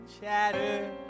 Chatter